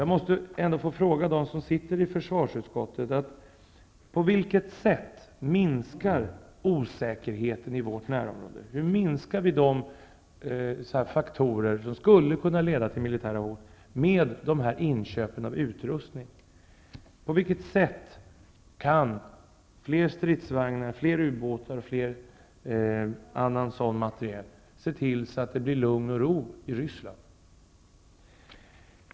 Jag måste ändå få fråga dem som sitter i försvarsutskottet: På vilket sätt minskar osäkerheten i vårt närområde, hur försvagar vi de faktorer som skulle kunna leda till militära hot, med de här inköpen av utrustning? På vilket sätt kan fler stridsvagnar, fler ubåtar och mer annan sådan materiel leda till att det blir lugn och ro i Ryssland?